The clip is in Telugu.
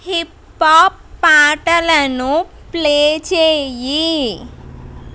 హిపాప్ పాటలను ప్లే చెయ్యి